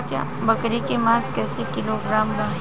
बकरी के मांस कईसे किलोग्राम बा?